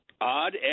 Odd